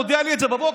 מודיע לי את זה בבוקר.